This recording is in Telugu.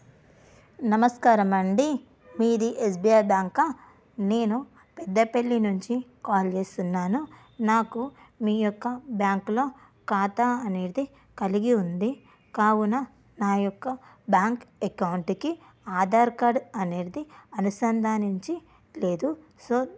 నమస్కారం అండి మీది ఎస్బీఐ బ్యాంకా నేను పెద్దపెల్లి నుంచి కాల్ చేస్తున్నాను నాకు మీ యొక్క బ్యాంక్లో ఖాతా అనేది కలిగి ఉంది కావున నా యొక్క బ్యాంక్ అకౌంట్కి ఆధార్ కార్డ్ అనేది అనుసంధానించి లేదు సో